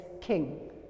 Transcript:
king